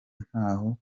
ntaho